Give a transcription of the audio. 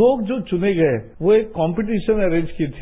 लोग जो चुने गए वह एक कॉम्पेटिशन अरंज की थी